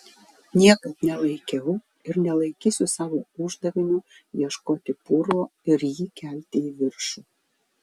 niekad nelaikiau ir nelaikysiu savo uždaviniu ieškoti purvo ir jį kelti į viršų